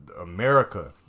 America